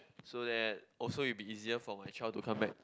so that also it'll be easier for my child to come back